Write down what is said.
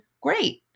great